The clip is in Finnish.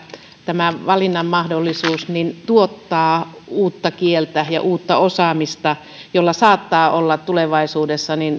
tämä valinnanmahdollisuus tuottaa uutta kieltä ja uutta osaamista jolla saattaa olla tulevaisuudessa